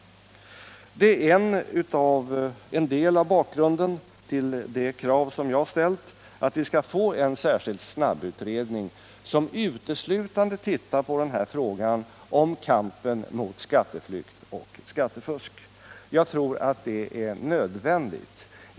Det är en del av bakgrunden till det krav som jag har ställt, att vi skall tillsätta en särskild snabbutredning, som uteslutande tar itu med frågan om kampen mot skatteflykt och skattefusk. Jag tror att det är nödvändigt.